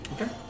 Okay